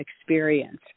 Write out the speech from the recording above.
experience